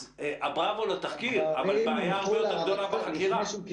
אז בראוור לתחקיר אבל יש בעיה יותר גדולה בחקירה.